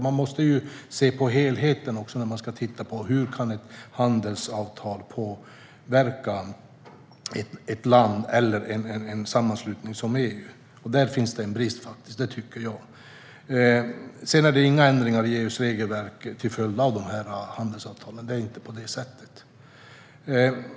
Man måste ju se till helheten när man tittar på hur ett handelsavtal kan påverka ett land eller en sammanslutning som EU. Där finns det faktiskt en brist. Det har inte blivit några ändringar i EU:s regelverk till följd av handelsavtalen. Det är inte på det sättet.